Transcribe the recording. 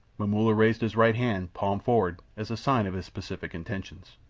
momulla raised his right hand, palm forward, as a sign of his pacific intentions.